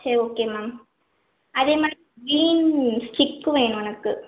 சரி okay ma'am அதேமாதிரி green stick வேணும் எனக்கு